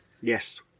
yes